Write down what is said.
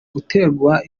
guterwa